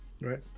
Right